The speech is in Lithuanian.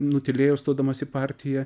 nutylėjo stodamas į partiją